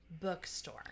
bookstore